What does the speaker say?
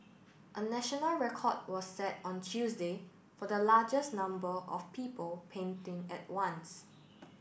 a national record was set on Tuesday for the largest number of people painting at once